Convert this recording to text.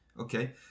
okay